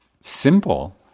simple